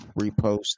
repost